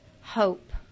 hope